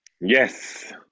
Yes